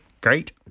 great